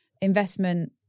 investment